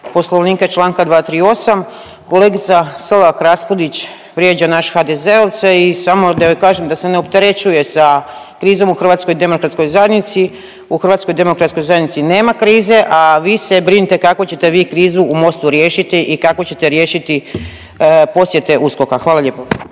Poslovnika Članka 238., kolegica Selak Raspudić vrijeđa nas HDZ-ovce i samo da joj kažem da se ne opterećuje sa krizom u HDZ-u. U HDZ-u nema krize, a vi se brinite kako ćete vi krizu u MOST-u riješiti i kako ćete riješiti posjete USKOK-a. Hvala lijepo.